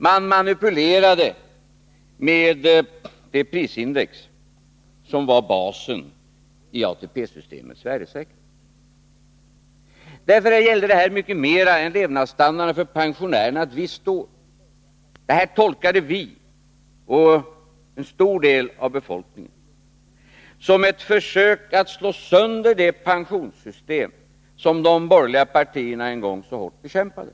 Man manipulerade med det prisindex som var basen i ATP-systemets värdesäkring. Därför gällde det här mycket mer än levnadsstandarden för pensionärerna ett visst år. Vi och en stor del av befolkningen tolkade detta som ett försök att slå sönder det pensionssystem som de borgerliga partierna en gång i tiden så hårt bekämpade.